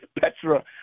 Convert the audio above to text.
Petra